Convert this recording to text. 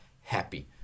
happy